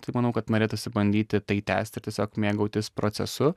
tai manau kad norėtųsi bandyti tai tęsti ir tiesiog mėgautis procesu